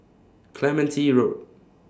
Clementi Road